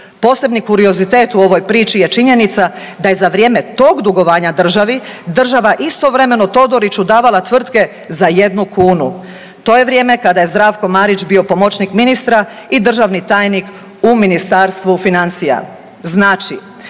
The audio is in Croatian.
Posebni kuriozitet u ovoj priči je činjenica je za vrijeme tog dugovanja državi, država istovremeno Todoriću davala tvrtke za 1 kunu. To je vrijeme kada je Zdravko Marić bio pomoćnik ministra, i državni tajnik u Ministarstvu financija. Znači,